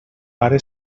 pare